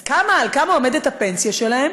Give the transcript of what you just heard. אז על כמה עומדת הפנסיה שלהן?